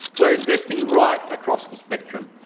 we're investing right across the spectrum.